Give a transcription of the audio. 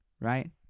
Right